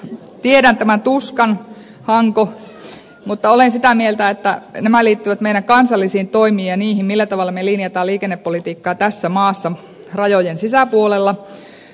tiedän tämän tuskan hanko mutta olen sitä mieltä että nämä liittyvät meidän kansallisiin toimiin ja niihin millä tavalla me linjaamme liikennepolitiikkaa tässä maassa rajojen sisäpuolella